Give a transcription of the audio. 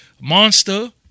monster